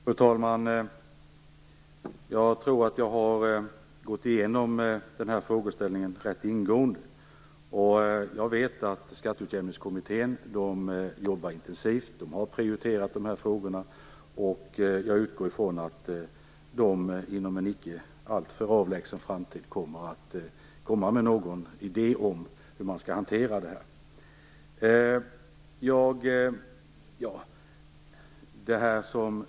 Fru talman! Jag tror att jag har gått igenom den här frågeställningen rätt ingående. Jag vet att Skatteutjämningskommittén arbetar intensivt och har prioriterat dessa frågor. Jag utgår från att den inom en icke alltför avlägsen framtid kommer med någon idé om hur man skall hantera detta.